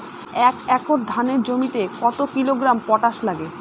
এক একর ধানের জমিতে কত কিলোগ্রাম পটাশ লাগে?